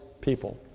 people